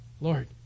Lord